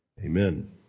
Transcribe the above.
Amen